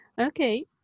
okay